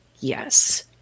yes